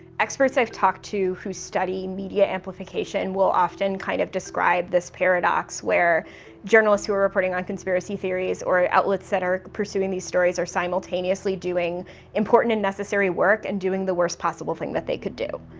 experts i've talked to who study media amplification will often kind of describe this paradox where journalists who are reporting on conspiracy theories or outlets that are pursuing these stories are simultaneously doing important and necessary work and doing the worst possible thing that they could do,